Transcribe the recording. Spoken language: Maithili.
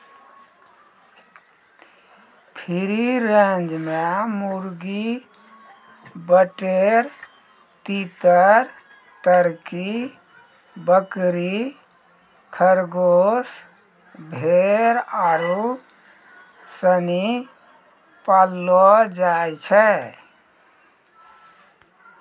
फ्री रेंज मे मुर्गी, बटेर, तीतर, तरकी, बकरी, खरगोस, भेड़ आरु सनी पाललो जाय छै